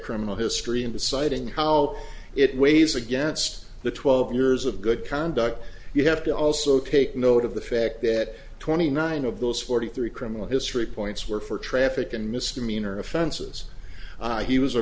criminal history and deciding how it weighs against the twelve years of good conduct you have to also take note of the fact that twenty nine of those forty three criminal history points were for traffic and misdemeanor offenses he was a